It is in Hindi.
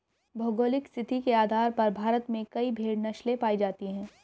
भौगोलिक स्थिति के आधार पर भारत में कई भेड़ नस्लें पाई जाती हैं